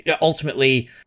ultimately –